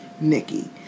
Nikki